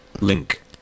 Link